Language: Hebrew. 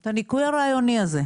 את הניכוי הרעיוני הזה.